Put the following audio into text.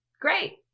great